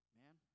man